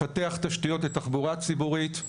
לפתח תשתיות לתחבורה ציבורית.